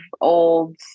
old